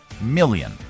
million